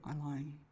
alone